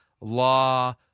law